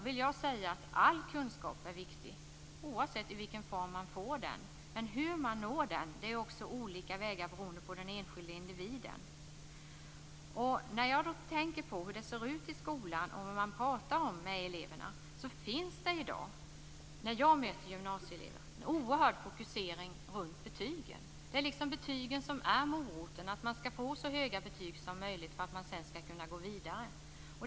Ja, jag menar att all kunskap är viktig, oavsett i vilken form man får den. Sedan gäller det hur man får den. Det kan ske på olika vägar, beroende på den enskilde individen. Med tanke på hur det ser ut i skolan och vad man pratar med eleverna om kan jag säga att det i dag när jag möter gymnasieelever finns en oerhörd fokusering kring betygen. Betygen är "moroten". Det gäller att få så höga betyg som möjligt för att sedan kunna gå vidare.